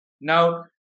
Now